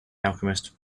alchemist